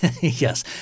Yes